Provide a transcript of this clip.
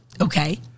Okay